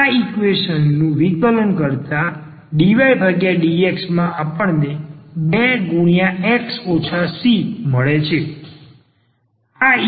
આ ઈક્વેશન નું વિકલન કરતા dydx માં આપણને 2 મળે છે